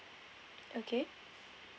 okay